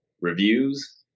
reviews